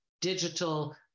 digital